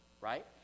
right